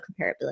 comparability